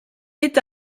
est